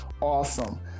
Awesome